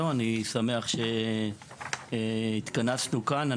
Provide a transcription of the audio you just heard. אני שמח שהתכנסנו כאן.